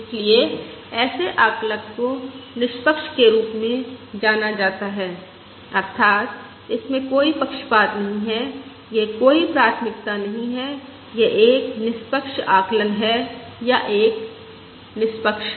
इसलिए ऐसे आकलक को निष्पक्ष के रूप में जाना जाता है अर्थात इसमें कोई पक्षपात नहीं है यह कोई प्राथमिकता नहीं है यह एक निष्पक्ष आकलन है या एक निष्पक्ष है